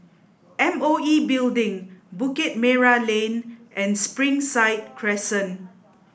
M O E Building Bukit Merah Lane and Springside Crescent